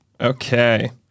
Okay